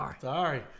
Sorry